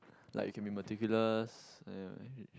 like you can be meticulous and